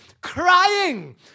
crying